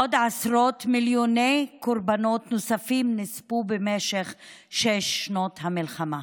עוד עשרות מיליוני קורבנות נוספים נספו במשך שש שנות המלחמה.